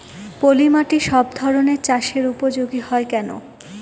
পলিমাটি সব ধরনের চাষের উপযোগী হয় কেন?